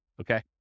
Okay